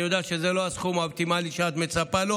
אני יודע שזה לא הסכום האופטימלי שאת מצפה לו,